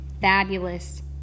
fabulous